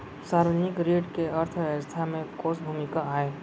सार्वजनिक ऋण के अर्थव्यवस्था में कोस भूमिका आय?